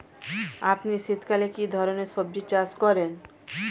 আপনি শীতকালে কী ধরনের সবজী চাষ করেন?